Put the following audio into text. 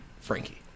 Frankie